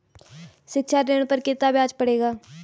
शिक्षा ऋण पर कितना ब्याज पड़ेगा?